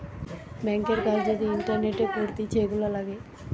ব্যাংকের কাজ যদি ইন্টারনেটে করতিছে, এগুলা লাগে